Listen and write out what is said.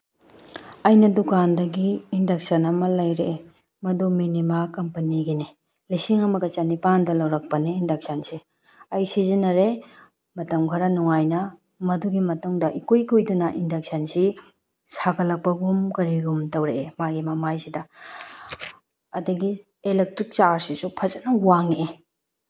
ꯑꯩꯅ ꯗꯨꯀꯥꯟꯗꯒꯤ ꯏꯟꯗꯛꯁꯟ ꯑꯃ ꯂꯩꯔꯛꯑꯦ ꯃꯗꯨ ꯃꯤꯅꯤꯃꯥ ꯀꯝꯄꯅꯤꯒꯤꯅꯤ ꯂꯤꯁꯤꯡꯑꯃꯒ ꯆꯅꯤꯄꯥꯜꯗ ꯂꯧꯔꯛꯄꯅꯤ ꯏꯟꯗꯛꯁꯟꯁꯤ ꯑꯩ ꯁꯤꯖꯤꯟꯅꯔꯦ ꯃꯇꯝ ꯈꯔ ꯅꯨꯡꯉꯥꯏꯅ ꯃꯗꯨꯒꯤ ꯃꯇꯨꯡꯗ ꯏꯀꯨꯏ ꯀꯨꯏꯗꯅ ꯏꯟꯗꯛꯁꯟꯁꯤ ꯁꯥꯒꯠꯂꯛꯄꯒꯨꯝ ꯀꯔꯤꯒꯨꯝ ꯇꯧꯔꯛꯑꯦ ꯃꯥꯒꯤ ꯃꯃꯥꯏꯁꯤꯗ ꯑꯗꯒꯤ ꯑꯦꯂꯦꯛꯇ꯭ꯔꯤꯛ ꯆꯥꯔꯖꯁꯤꯁꯨ ꯐꯖꯅ ꯋꯥꯡꯉꯛꯑꯦ